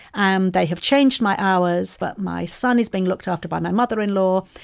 um they have changed my hours, but my son is being looked after by my mother-in-law,